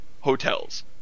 hotels